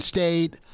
State